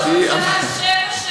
ומאז הרפורמה תקועה.